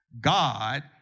God